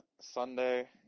Sunday